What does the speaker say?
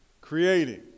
Creating